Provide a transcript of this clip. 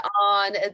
on